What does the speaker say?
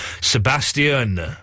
Sebastian